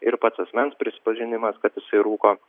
ir pats asmens prisipažinimas kad jisai rūko